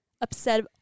upset